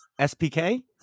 SPK